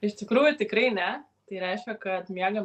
iš tikrųjų tikrai ne tai reiškia kad miegam